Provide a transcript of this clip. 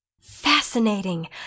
Fascinating